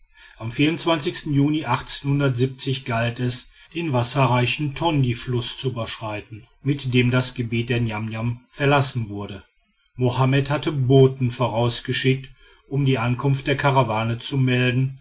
am juni galt es den wasserreichen tondjfluß zu überschreiten mit dem das gebiet der niamniam verlassen wurde mohammed hatte boten vorausgeschickt um die ankunft der karawane zu melden